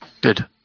good